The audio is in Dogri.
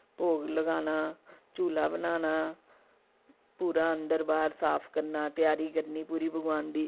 भोग लगाना झूला बनाना पूरा अंदर बाह्र साफ करना तयारी करनी पूरी भगवान दी